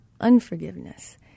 unforgiveness